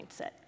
mindset